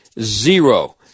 zero